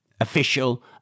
official